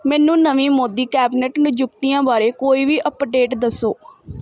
ਮੈਨੂੰ ਨਵੀਂ ਮੋਦੀ ਕੈਬਨਿਟ ਨਿਯੁਕਤੀਆਂ ਬਾਰੇ ਕੋਈ ਵੀ ਅਪਡੇਟ ਦੱਸੋ